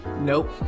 Nope